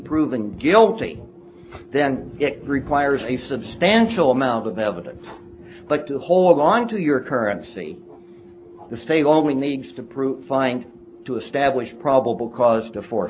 proven guilty then it requires a substantial amount of evidence but to hold onto your currency the state only needs to prove find to establish probable cause to for